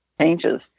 changes